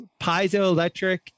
piezoelectric